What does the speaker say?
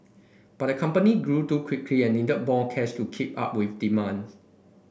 but the company grew too quickly and needed more cash to keep up with demand